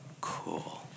cool